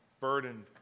burdened